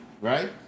Right